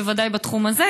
בוודאי בתחום הזה,